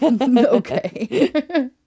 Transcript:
okay